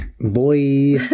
Boy